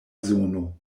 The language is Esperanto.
zono